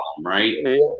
right